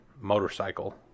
motorcycle